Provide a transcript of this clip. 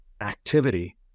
activity